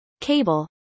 cable